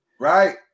Right